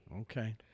Okay